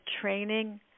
training